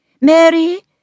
Mary